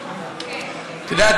את יודעת,